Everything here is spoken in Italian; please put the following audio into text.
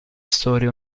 storia